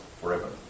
forever